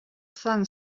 son